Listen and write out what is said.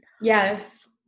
Yes